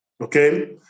okay